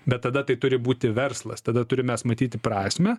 bet tada tai turi būti verslas tada turim mes matyti prasmę